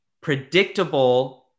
predictable